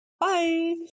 Bye